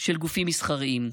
גופים מסחריים.